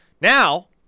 Now